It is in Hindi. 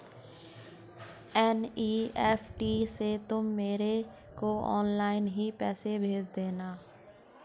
एन.ई.एफ.टी से तुम मेरे को ऑनलाइन ही पैसे भेज देना